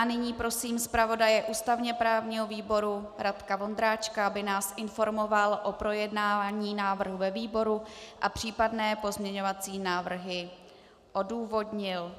Nyní prosím zpravodaje ústavněprávního výboru Radka Vondráčka, aby nás informoval o projednání návrhu ve výboru a případné pozměňovací návrhy odůvodnil.